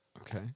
Okay